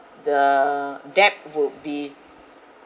the debt would be